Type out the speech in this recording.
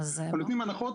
אנחנו נותנים הנחות